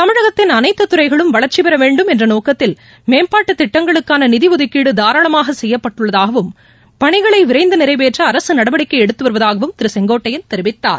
தமிழகத்தின் அனைத்துறைகளும் வளர்ச்சிப்பெறவேண்டும் என்றநோக்கத்தில் மேம்பாட்டுத் திட்டங்களுக்கானநிதிஒதுக்கீடுதாராளமாகசெய்யப்பட்டுள்ளதாகவும் பணிகளைவிரைந்துநிறைவேற்றஅரசுநடவடிக்கைஎடுத்துவருவதாகவும் திருசெங்கோட்டையள் தெரிவித்தார்